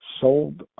sold